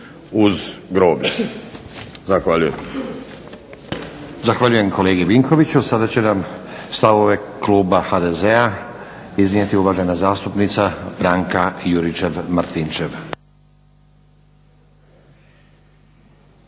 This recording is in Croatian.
Nenad (SDP)** Zahvaljujem kolegi Vinkoviću. Sada će nam stavove kluba HDZ-a iznijeti uvažena zastupnica Branka Juričev-Martinčev.